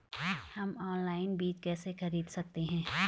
हम ऑनलाइन बीज कैसे खरीद सकते हैं?